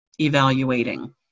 evaluating